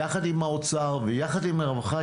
יחד עם האוצר ויחד עם העבודה,